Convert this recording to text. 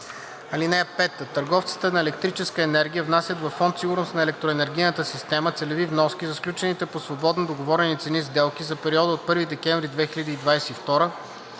сто. (5) Търговците на електрическа енергия внасят във Фонд „Сигурност на електроенергийната система“ целеви вноски за сключените по свободно договорени цени сделки за периода от 1 декември 2022 г.